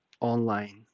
online